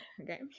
Okay